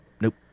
Nope